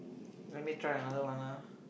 let me try another one ah